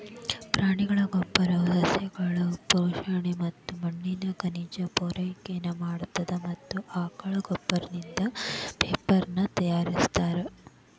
ಪ್ರಾಣಿಗಳ ಗೋಬ್ಬರವು ಸಸ್ಯಗಳು ಪೋಷಣೆ ಮತ್ತ ಮಣ್ಣಿನ ಖನಿಜ ಪೂರೈಕೆನು ಮಾಡತ್ತದ ಮತ್ತ ಆಕಳ ಗೋಬ್ಬರದಿಂದ ಪೇಪರನು ತಯಾರಿಸ್ತಾರ